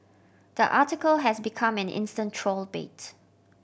the article has become an instant troll bait